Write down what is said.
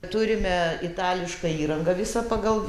turime itališką įrangą visa pagal